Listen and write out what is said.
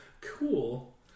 Cool